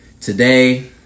Today